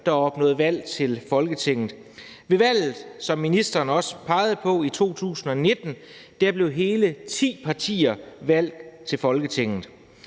der opnåede valg til Folketinget. Ved valget i 2019, som ministeren også pegede på, blev hele ti partier valgt til Folketinget.